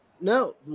No